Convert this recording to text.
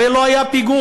הרי לא היה פיגוע.